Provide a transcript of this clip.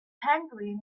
penguin